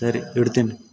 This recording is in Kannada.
ಸರಿ ಇಡ್ತೀನಿ